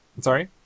Sorry